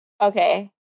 Okay